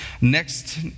Next